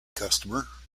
customer